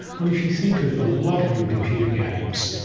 well if you think of lot of your computer games,